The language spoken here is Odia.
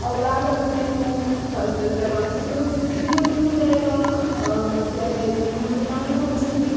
ଆଉ ଗାଁ ଗହଳିରେ ଯେଉଁ ଗଣେଶ ହେଉଛି ସେ ବି ମଧ୍ୟ ଗୋଟେ ଏକ ମଜାରେ ଧୁମଧାମରେ ପାଳନ କରୁଛନ୍ତି